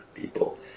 people